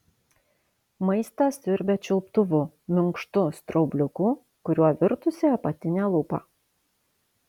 maistą siurbia čiulptuvu minkštu straubliuku kuriuo virtusi apatinė lūpa